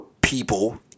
people